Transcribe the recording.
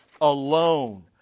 alone